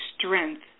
strength